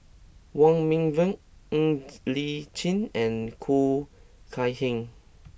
Wong Meng Voon Ng Li Chin and Khoo Kay Hian